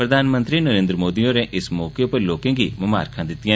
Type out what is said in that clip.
प्रधानमंत्री नरेन्द्र मोदी होरें इस मौके उप्पर लोकें गी मुमारखां दित्तिया